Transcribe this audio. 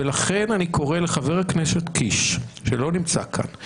ולכן אני קורא לחבר הכנסת קיש, שלא נמצא כאן,